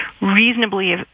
reasonably